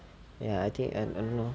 ya I think I I don't know